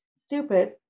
stupid